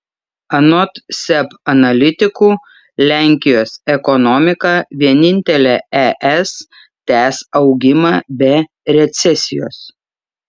anot seb analitikų lenkijos ekonomika vienintelė es tęs augimą be recesijos